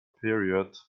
period